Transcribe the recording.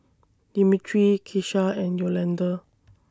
Demetra Kesha and Yolanda